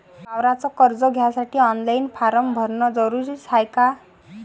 वावराच कर्ज घ्यासाठी ऑनलाईन फारम भरन जरुरीच हाय का?